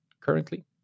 currently